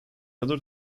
other